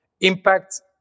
impact